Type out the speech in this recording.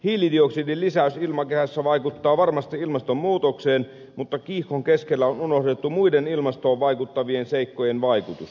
hiilidioksidin lisäys ilmakehässä vaikuttaa varmasti ilmastonmuutokseen mutta kiihkon keskellä on unohdettu muiden ilmastoon vaikuttavien seikkojen vaikutus